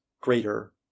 greater